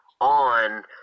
on